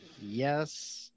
Yes